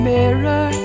mirror